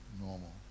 normal